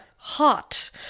hot